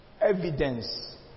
evidence